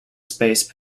space